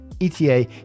ETA